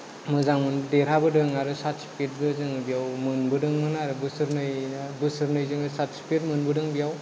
मोजांमोन देरहाबोदों आरो सार्थिफिकेतबो जोङो बेयाव मोनबोदोंमोन आरो बोसोरनै ना बोसोरनै जोङो सार्थिफिकेत मोनबोदों बेयाव